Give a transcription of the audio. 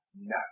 no